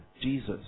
Jesus